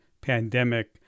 pandemic